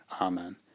Amen